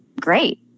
great